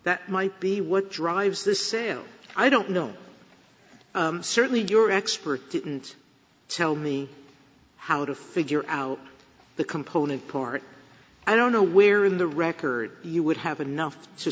that might be what drives this sale i don't know certainly your expert to tell me how to figure out the component port i don't know we're in the record you would have enough to